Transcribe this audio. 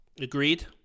Agreed